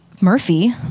Murphy